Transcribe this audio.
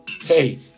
hey